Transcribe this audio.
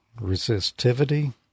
resistivity